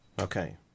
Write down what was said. Okay